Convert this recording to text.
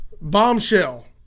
bombshell